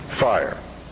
Fire